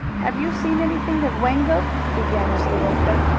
have you seen anything of wango? began mr. winkler,